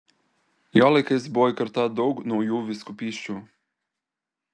jo laikais buvo įkurta daug naujų vyskupysčių